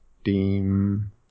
steam